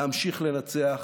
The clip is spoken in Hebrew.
להמשיך לנצח.